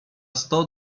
sto